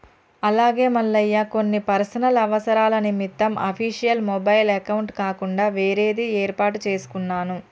అలాగే మల్లయ్య కొన్ని పర్సనల్ అవసరాల నిమిత్తం అఫీషియల్ మొబైల్ అకౌంట్ కాకుండా వేరేది ఏర్పాటు చేసుకున్నాను